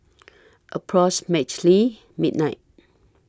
approximately midnight